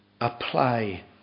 apply